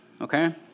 Okay